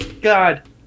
god